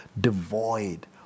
devoid